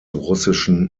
russischen